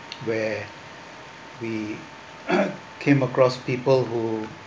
where we came across people who